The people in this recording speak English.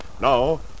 Now